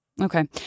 Okay